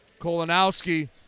Kolonowski